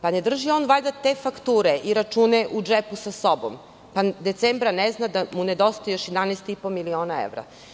Pa ne drži on valjda te fakture i račune u džepu sa sobom, pa u decembru ne zna da mu nedostaje još 11,5 miliona evra?